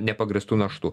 nepagrįstų naštų